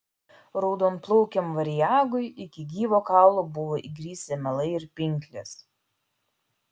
raudonplaukiam variagui iki gyvo kaulo buvo įgrisę melai ir pinklės